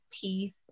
peace